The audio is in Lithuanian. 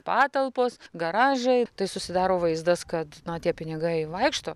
patalpos garažai tai susidaro vaizdas kad tie pinigai vaikšto